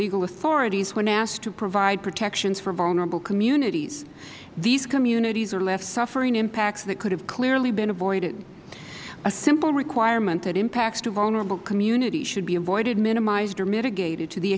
legal authorities when asked to provide protections for vulnerable communities these communities are left suffering impacts that could have clearly been avoided a simple requirement that impacts to vulnerable communities should be avoided minimized or mitigated to the